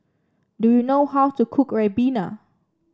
do you know how to cook ribena